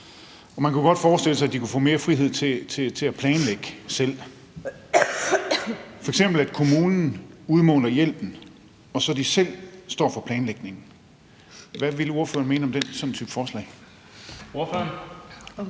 man kunne godt forestille sig, at de kunne få mere frihed til at planlægge selv, f.eks. at kommunen udmåler hjælpen, og at de så selv står for planlægningen. Hvad ville ordføreren mene om sådan et forslag?